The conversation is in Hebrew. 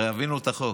הרי הבינו את החוק,